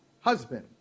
husband